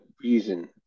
reason